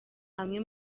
amwe